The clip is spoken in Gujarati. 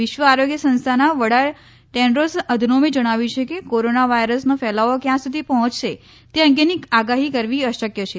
વિશ્વ આરોગ્ય સંસ્થાના વડા ટેન્ડ્રીસ અધનોમે જણાવ્યું છે કે કોરોના વાયરસનો ફેલાવો ક્યાં સુધી પહોંચશે તે અંગેની આગાહી કરવી અશક્ય છે